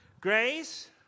grace